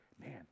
Man